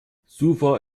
suva